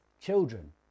children